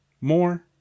more